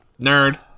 Nerd